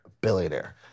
billionaire